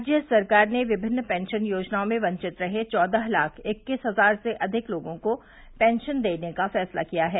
राज्य सरकार ने विभिन्न पेंशन योजनाओं में वंचित रहे चौदह लाख इक्कीस हजार से अधिक लोगों को पेंशन देने का फैसला किया है